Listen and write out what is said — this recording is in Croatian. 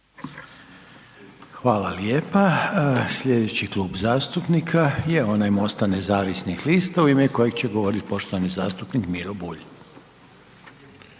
Hvala lijepa. Slijedeći Klub zastupnika je MOST-a nezavisnih lista, završno u ime kojeg će govoriti poštovani zastupnik Miro Bulj,